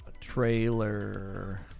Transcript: trailer